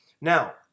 now